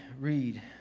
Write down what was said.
read